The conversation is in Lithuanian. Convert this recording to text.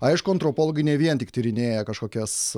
aišku antropologai ne vien tik tyrinėja kažkokias